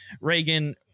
reagan